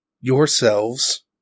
yourselves